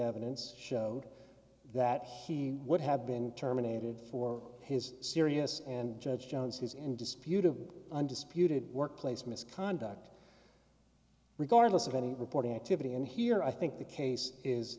evidence showed that he would have been terminated for his serious and judge jones his indisputable undisputed workplace misconduct regardless of any reporting activity in here i think the case is